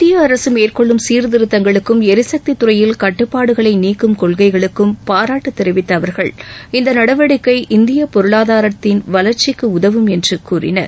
இந்திய அரசு மேற்கொள்ளும் சீர்திருத்தங்களுக்கும் எரிசக்தி துறையில் கட்டுப்பாடுகளை நீக்கும் கொள்கைகளுக்கும் பாராட்டு தெரிவித்த அவர்கள் இந்த நடவடிக்கை இந்திய பொருளதாரத்தின் வளர்ச்சிக்கு உதவும் என்று கூறினர்